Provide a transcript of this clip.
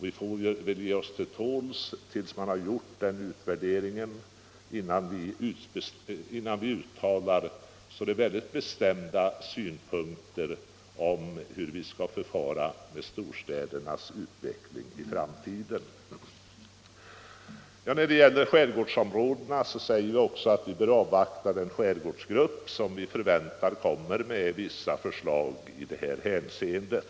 Vi får väl ge oss till tåls tills den utvärderingen har gjorts innan vi uttalar några bestämda synpunkter på storstädernas utveckling i framtiden. När det gäller skärgårdsområdena säger vi att resultatet först bör avvaktas från den skärgårdsgrupp som vi förväntar skall komma med förslag i det hänseendet.